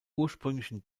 ursprünglichen